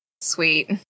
sweet